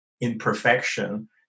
imperfection